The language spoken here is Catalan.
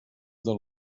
del